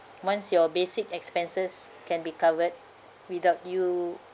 once your basic expenses can be covered without you